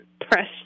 press